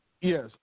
Yes